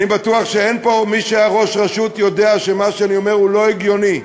אני בטוח שמי שהיה ראש רשות יודע שמה שאני אומר הוא לא הגיוני.